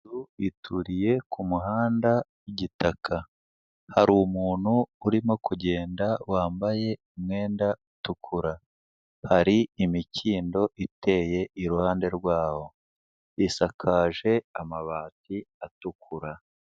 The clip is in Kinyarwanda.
Umugabo yituriye ku muhanda w'igitaka, hari umuntu urimo kugenda wambaye umwenda utukura, hari imikindo iteye iruhande rwawo, isakaje amabati atukura.